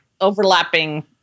overlapping